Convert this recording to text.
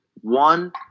One